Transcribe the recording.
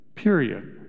period